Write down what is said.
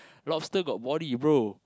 lobster got body brother